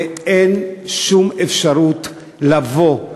ואין שום אפשרות לבוא,